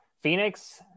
phoenix